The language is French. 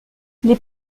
les